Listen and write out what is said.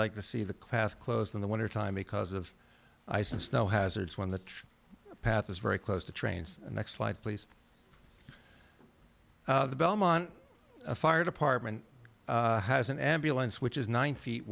like to see the class closed in the wintertime because of ice and snow hazards when the path is very close to trains and next slide please the belmont fire department has an ambulance which is nine feet